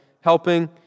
helping